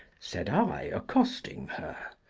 said i, accosting her.